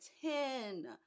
ten